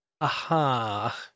aha